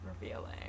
revealing